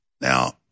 Now